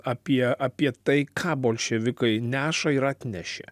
apie apie tai ką bolševikai neša ir atnešė